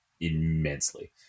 immensely